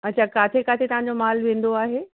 अछा किथे किथे तव्हांजो मालु वेंदो आहे